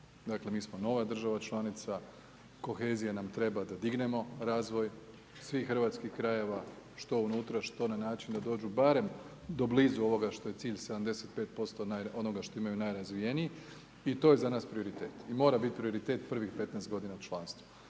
Dakle mi smo nova država članica, kohezija nam treba da dignemo razvoj svih hrvatskih krajeva, što unutra, što na način da dođu barem do blizu ovoga što je cilj 75% onoga što imaju najrazvijeniji i to je za nas prioritet. I mora biti prioritet prvih 15 godina članstva.